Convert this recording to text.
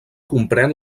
comprèn